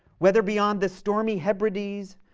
whether beyond the stormy hebrides,